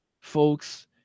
folks